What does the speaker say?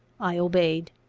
i obeyed.